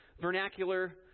vernacular